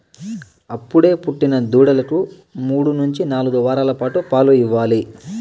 అప్పుడే పుట్టిన దూడలకు మూడు నుంచి నాలుగు వారాల పాటు పాలు ఇవ్వాలి